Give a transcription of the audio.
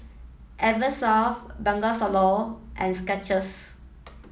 Eversoft Bengawan Solo and Skechers